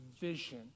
vision